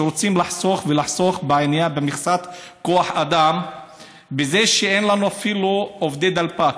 שרוצים לחסוך ולחסוך במכסת כוח אדם בזה שאין להם אפילו עובדי דלפק.